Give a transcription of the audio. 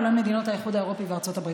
כולל מדינות האיחוד האירופי וארצות הברית.